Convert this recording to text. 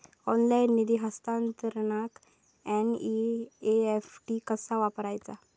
Online निधी हस्तांतरणाक NEFT कसा वापरायचा?